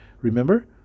Remember